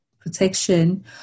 protection